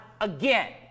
again